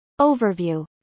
Overview